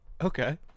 Okay